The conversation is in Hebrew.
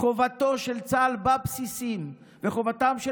חובתו של צה"ל בבסיסים וחובתם של